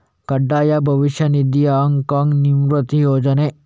ಕಡ್ಡಾಯ ಭವಿಷ್ಯ ನಿಧಿ, ಹಾಂಗ್ ಕಾಂಗ್ನ ನಿವೃತ್ತಿ ಯೋಜನೆ